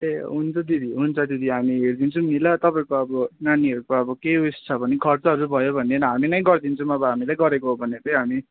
ए हुन्छ दिदी हुन्छ दिदी हामी हेरिदिन्छौँ नि ल तपाईँको अब नानीहरूको अब केही उयो छ भने खर्चहरू भयो भने हामी नै गरिदिन्छौँ अब हामीलाई गरेको हो भने चाहिँ हामी